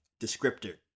descriptor